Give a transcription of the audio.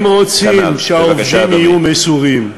הם רוצים שהעובדים יהיו מסורים,